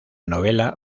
novela